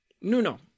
Nuno